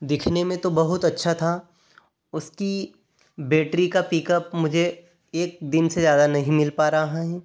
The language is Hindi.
दिखने में तो बहुत अच्छा था उसकी बैटरी का पिकअप मुझे एक दिन से ज़्यादा नहीं मिल पा रहा है